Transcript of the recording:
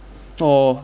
oh